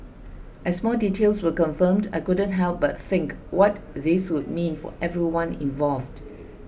as more details were confirmed I couldn't help but think what this would mean for everyone involved